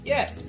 Yes